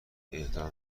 اعطا